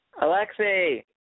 Alexei